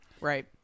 Right